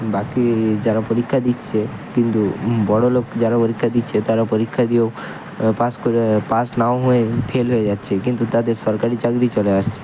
বাকি যারা পরীক্ষা দিচ্ছে কিন্তু বড়ো লোক যারা পরীক্ষা দিচ্ছে তারা পরীক্ষা দিয়েও পাস করে পাস না হয়ে ফেল হয়ে যাচ্ছে কিন্তু তাদের সরকারি চাকরি চলে আসছে